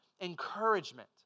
encouragement